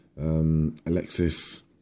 Alexis